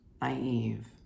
naive